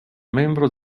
membro